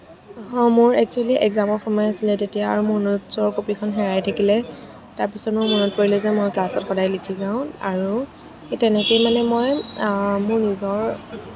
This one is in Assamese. মোৰ একচুৱেলী একজামৰ সময় আছিলে তেতিয়া আৰু মোৰ নোটছৰ কপীখন হেৰাই থাকিলে তাৰপিছত মোৰ মনত পৰিলে যে মই ক্লাছত সদায় লিখি যাওঁ আৰু সেই তেনেককৈয়ে মানে মই মোৰ নিজৰ